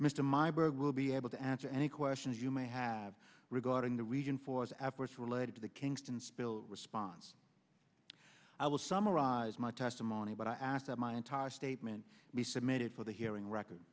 will be able to answer any questions you may have regarding the region for us efforts related to the kingston spill response i will summarize my testimony but i ask that my entire statement be submitted for the hearing record